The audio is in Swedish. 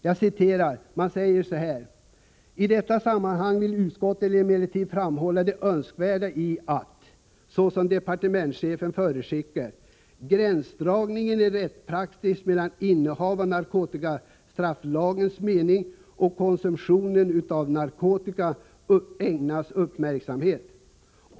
Där skrivs följande: ”T detta sammanhang vill utskottet emellertid framhålla det önskvärda i att —- såsom departementschefen förutskickar — gränsdragningen i rättspraxis mellan innehav i narkotikastrafflagens mening och konsumtion av narkotika ägnas uppmärksamhet.